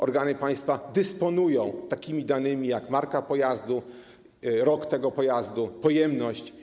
Organy państwa dysponują takimi danymi jak marka pojazdu, rok tego pojazdu, pojemność.